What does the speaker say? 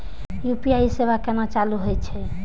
UPI सेवा केना चालू है छै?